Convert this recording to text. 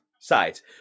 sides